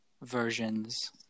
versions